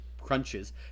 crunches